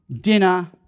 dinner